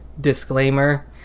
disclaimer